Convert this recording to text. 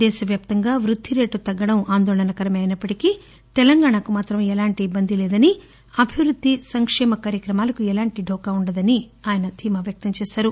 దేశవ్యాప్తంగా వృద్దిరేటు తగ్గడం ఆందోళనకరమే అయినప్పటికీ తెలంగాణకు మాత్రం ఎలాంటి ఇబ్బంది లేదని అభివృద్ది సంకేమ కార్యక్రమాలకు ఎలాంటి ఢోకా ఉండదని ఆయన ధీమా వ్యక్తంచేశారు